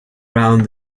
round